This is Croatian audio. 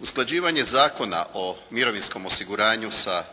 Usklađivanje Zakona o mirovinskom osiguranju sa